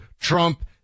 Trump